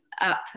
up